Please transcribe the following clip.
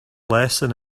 lesson